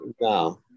no